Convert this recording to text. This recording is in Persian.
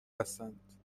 هستند